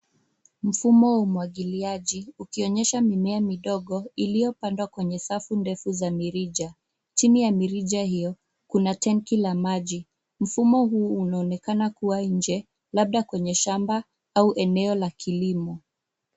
Mfumo wa umwagiliaji, ukionyesha mimea midogo iliopandwa kwenye safu ndefu za mirija. Jini ya mirija io kuna tenki la maji. Mfumo huu unaonekana kuwa nje, labda kwenye shamba au eneo la kilimo.